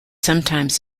sometimes